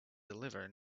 deliver